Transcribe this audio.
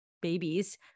babies